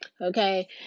Okay